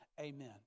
Amen